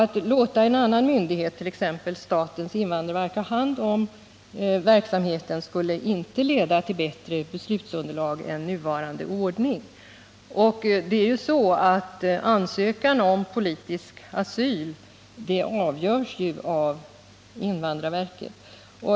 Att låta en annan myndighet, t.ex. statens invandrarverk, ta hand om utredningsverksamheten skulle inte leda till att vi får bättre beslutsunderlag än det vi får med nuvarande ordning. Ansökan om politisk asyl avgörs ju av invandrarverket.